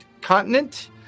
continent